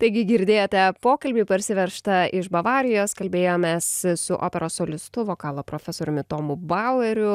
taigi girdėjote pokalbį parsivežta iš bavarijos kalbėjomės su operos solistu vokalo profesoriumi tomu baueriu